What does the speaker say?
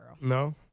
No